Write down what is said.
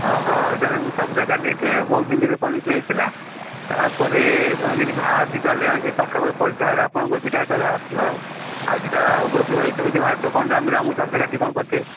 ହଁ ହଁ ତାହେଲେ ମୂଷାଫୁସା କାଟି ଦେଇଥିବେ ବହୁତ ଦିନରେ କନେକ୍ସନ୍ ହେଇଥିଲା ତା'ପରେ କ'ଣ ଯଦି ବାହାରୁଛି ତାହେଲେ ସେଇ ପାଖାପାଖି ପରିସ୍ରାଘର ଆପଣଙ୍କ ସେଇଟା ତାକୁ ଆସିବା ଆଉ ଆଉ ସେଇଟା ଓଭରଫ୍ଲୋ ଯଦି ହେଇଥିବ ବାହାରୁଥିବ କ'ଣ ଯାମ ଯାମ ମୂଷାଫୁସା କାଟିକି କ'ଣ କରିଥିବେ